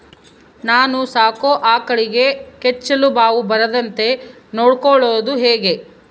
ನಾನು ಸಾಕೋ ಆಕಳಿಗೆ ಕೆಚ್ಚಲುಬಾವು ಬರದಂತೆ ನೊಡ್ಕೊಳೋದು ಹೇಗೆ?